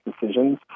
decisions